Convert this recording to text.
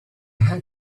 had